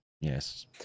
yes